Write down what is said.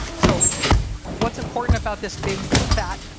so what's important about this big, fat,